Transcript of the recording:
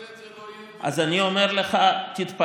אם לא תשנה את זה, אני יכול לציין לאדוני,